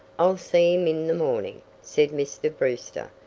i'll see him in the morning, said mr. brewster,